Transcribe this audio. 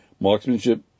marksmanship